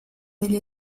degli